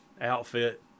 outfit